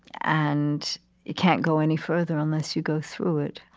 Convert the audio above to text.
and you can't go any further unless you go through it.